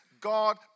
God